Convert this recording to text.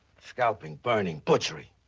scalping, burning, butchering.